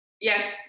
yes